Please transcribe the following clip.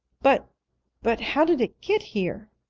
but but how did it get here?